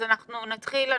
אז אנחנו נתחיל.